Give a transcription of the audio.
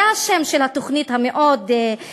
זה השם של התוכנית המאוד-מסוכנת.